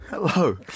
Hello